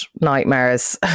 nightmares